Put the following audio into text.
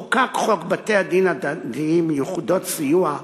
חוקק חוק בתי-דין דתיים (יחידות סיוע),